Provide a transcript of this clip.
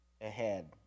ahead